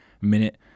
minute